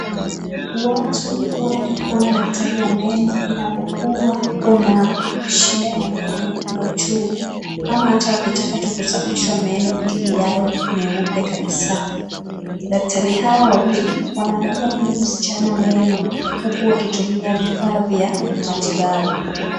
Watu uenda kuona daktari wa meno inapokuwa una shida ya meno kuna uchungu ama hata ukitaka tu kusafishwa meno Ili yawe meupe kabisa. Daktari hawa wawili wanaangalia huyu msichana meno huku wakitumia vifaa vya matibabu.